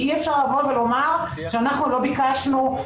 אי אפשר לומר שאנחנו לא ביקשנו,